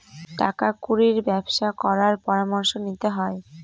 টাকা কুড়ির ব্যবসা করার পরামর্শ নিতে হয়